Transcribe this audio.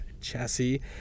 chassis